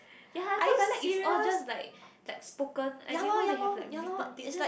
ya I thought dialect is all just like like spoken I didn't know they have like written thing then